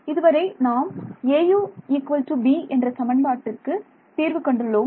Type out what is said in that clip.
இதுவரை நாம் Au b என்ற சமன்பாட்டை தீர்வு கண்டுள்ளோம்